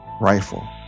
rifle